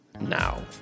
now